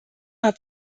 hat